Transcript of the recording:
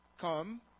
come